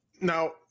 now